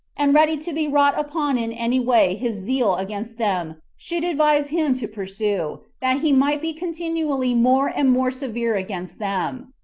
and ready to be wrought upon in any way his zeal against them should advise him to pursue, that he might be continually more and more severe against them.